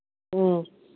ꯎꯝ